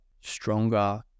stronger